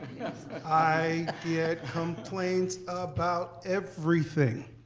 i get complaints about everything.